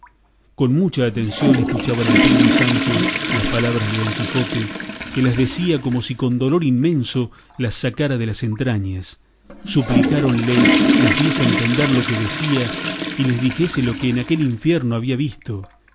vuestros hermosos ojos escuchaban el primo y sancho las palabras de don quijote que las decía como si con dolor inmenso las sacara de las entrañas suplicáronle les diese a entender lo que decía y les dijese lo que en aquel infierno había visto